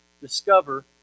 discover